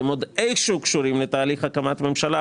הם עוד איכשהו קשורים לתהליך הקמת הממשלה,